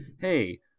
hey